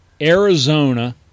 Arizona